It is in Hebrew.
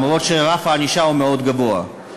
אף שרף הענישה הוא מאוד גבוה.